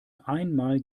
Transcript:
einmal